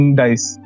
dice